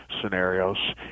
scenarios